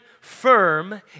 firm